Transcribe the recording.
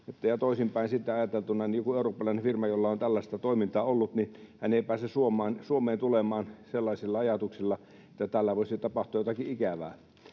toisinpäin sitten ajateltuna: joku eurooppalainen firma, jolla on tällaista toimintaa ollut, ei pääse Suomeen tulemaan sellaisilla ajatuksilla, että täällä voisi tapahtua jotakin ikävää.